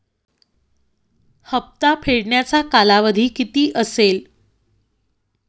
हप्ता फेडण्याचा कालावधी किती असेल?